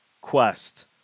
quest